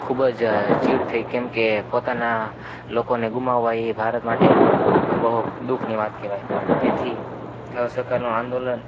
ખૂબ જ ચીડ થઈ કેમ કે પોતાનાં લોકોને ગુમાવવા એ ભારત માટે બહું દુઃખની વાત કહેવાય તેથી અસહકારનો આંદોલન